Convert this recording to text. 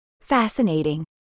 Fascinating